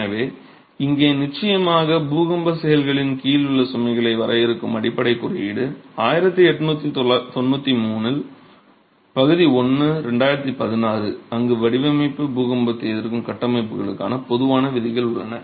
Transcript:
எனவே இங்கே நிச்சயமாக பூகம்ப செயல்களின் கீழ் உள்ள சுமைகளை வரையறுக்கும் அடிப்படை குறியீடு 1893 பகுதி 1 2016 அங்கு வடிவமைப்பு பூகம்பத்தை எதிர்க்கும் கட்டமைப்புகளுக்கான பொதுவான விதிகள் உள்ளன